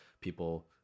people